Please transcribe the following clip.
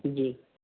جی